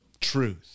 truth